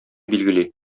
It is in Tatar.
билгели